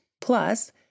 plus